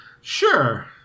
Sure